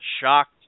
shocked